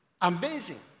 Amazing